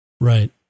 Right